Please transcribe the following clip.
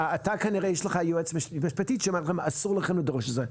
כנראה יש לך יועצת משפטית שאומרת לך שאסור לכם לדרוש את זה.